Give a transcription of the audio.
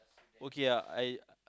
okay ah I